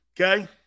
Okay